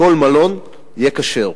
כל מלון יהיה כשר.